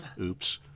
Oops